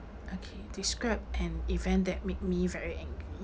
okay describe an event that made me very angry